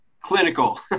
clinical